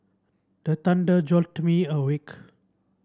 the thunder jolt me awake